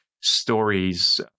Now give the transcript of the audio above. stories